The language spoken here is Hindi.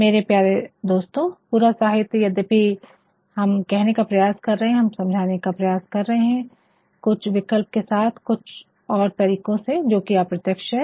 मेरे प्यारे दोस्तों पूरा साहित्य यदीपि हम कहने का प्रयास कर रहे है हम समझने का प्रयास कर रहे है कुछ विकल्प के साथ कुछ और तरीके से जोकि अप्रत्यक्ष है